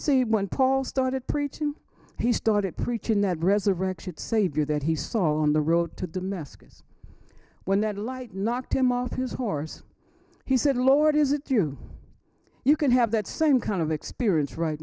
so one paul started preaching he started preaching that resurrection savior that he saw on the road to damascus when that light knocked him off his horse he said lord is it true you can have that same kind of experience right